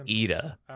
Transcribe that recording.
Ida